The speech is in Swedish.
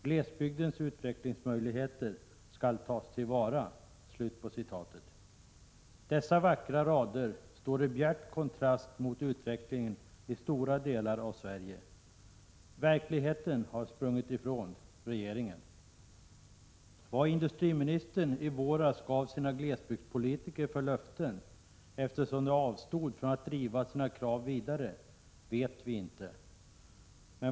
Glesbygdens utvecklingsmöjligheter skall tas till vara.” Dessa vackra rader står i bjärt kontrast till utvecklingen i stora delar av Sverige. Verkligheten har sprungit ifrån regeringen. Vad industriministern i våras gav sina glesbygdspolitiker för löften, eftersom de avstod från att driva sina krav vidare, vet vi inte.